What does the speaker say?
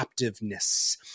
captiveness